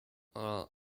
are